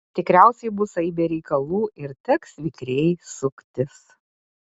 tikriausiai bus aibė reikalų ir teks vikriai suktis